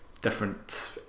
different